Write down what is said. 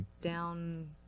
down